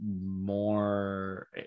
more